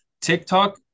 TikTok